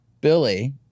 Billy